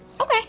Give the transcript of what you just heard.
Okay